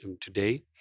today